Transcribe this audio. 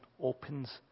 opens